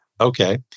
Okay